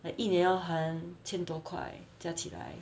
like 一年要还千多块加起来